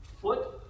foot